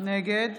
נגד